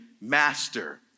master